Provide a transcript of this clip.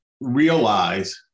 realize